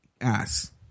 ass